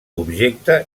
objecte